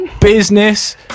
business